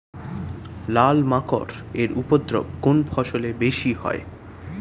লাল মাকড় এর উপদ্রব কোন ফসলে বেশি হয়?